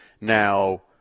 Now